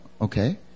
okay